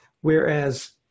whereas